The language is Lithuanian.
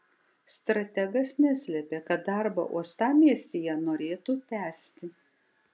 strategas neslėpė kad darbą uostamiestyje norėtų tęsti